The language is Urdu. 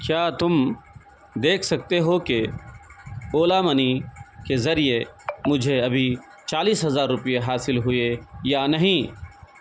کیا تم دیکھ سکتے ہو کہ اولا منی کے ذریعے مجھے ابھی چالیس ہزار روپیے حاصل ہوئے یا نہیں